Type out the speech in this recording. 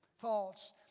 thoughts